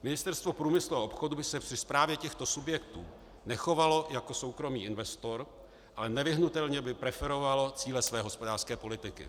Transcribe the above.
Ministerstvo průmyslu a obchodu by se při správě těchto subjektů nechovalo jako soukromý investor, ale nevyhnutelně by preferovalo cíle své hospodářské politiky.